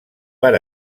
per